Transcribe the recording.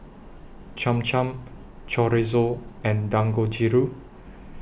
Cham Cham Chorizo and Dangojiru